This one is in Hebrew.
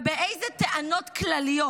ובאילו טענות כלליות.